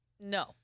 No